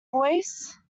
voice